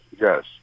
Yes